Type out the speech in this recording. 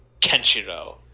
Kenshiro